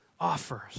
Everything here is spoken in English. offers